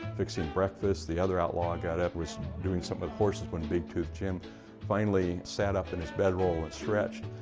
fixing breakfast. the other outlaw got up, was doing something. of course, this is when big tooth jim finally sat up in his bedroll and stretched,